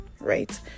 right